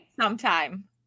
sometime